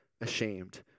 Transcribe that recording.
Ashamed